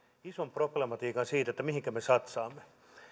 ison problematiikan siinä että mihinkä me satsaamme